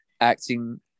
acting